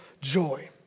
joy